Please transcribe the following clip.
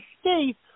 state